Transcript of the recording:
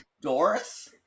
Doris